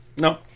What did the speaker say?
No